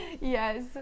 Yes